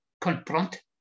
confront